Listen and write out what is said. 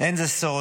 אין זה סוד,